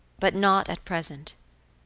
but not at present.